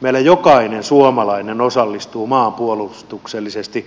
meillä jokainen suomalainen osallistuu maanpuolustuksellisesti maan puolustamiseen